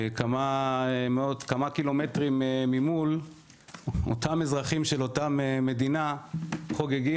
כמה קילומטרים ממול אותם אזרחים של אותה מדינה חוגגים